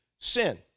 sin